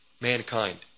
mankind